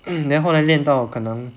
then 后来练到可能